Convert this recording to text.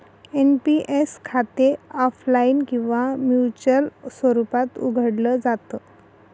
NPS खाते offline किंवा manual स्वरूपात उघडलं जात